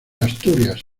asturias